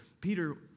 Peter